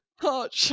hot